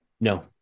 No